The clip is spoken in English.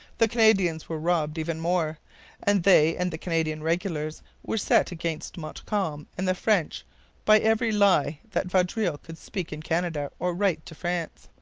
the canadians were robbed even more and they and the canadian regulars were set against montcalm and the french by every lie that vaudreuil could speak in canada or write to france.